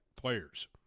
players